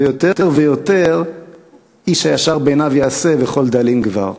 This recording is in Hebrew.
ויותר ויותר איש הישר בעיניו יעשה וכל דאלים גבר.